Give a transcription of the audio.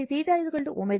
కాబట్టి θ ω t